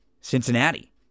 Cincinnati